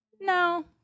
no